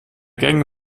gänge